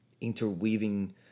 interweaving